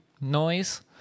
noise